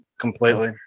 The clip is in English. completely